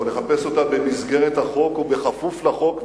אבל נחפש אותה במסגרת החוק ובכפוף לחוק,